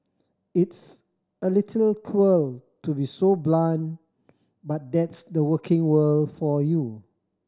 it's a little cruel to be so blunt but that's the working world for you